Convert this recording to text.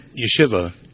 Yeshiva